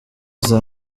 iza